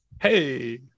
hey